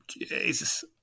Jesus